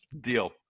deal